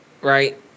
right